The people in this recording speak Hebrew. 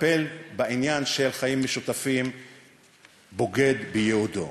מטפל בעניין של חיים משותפים בוגד בייעודו.